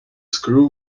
screw